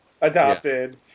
Adopted